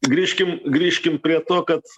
grįžkim grįžkim prie to kad